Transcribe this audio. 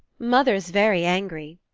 mother's very angry.